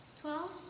Twelve